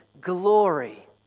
glory